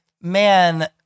man